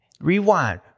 Rewind